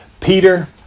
Peter